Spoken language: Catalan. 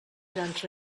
grans